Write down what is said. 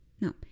no